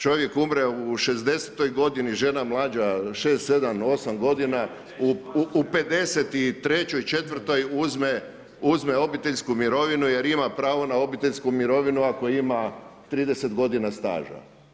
Čovjek umre u 60.-oj godini, žena mlađa 6, 7, 8 godina, u 53., 54. uzme obiteljsku mirovinu jer ima pravo na obiteljsku mirovinu ako ima 30 g. staža.